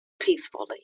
peacefully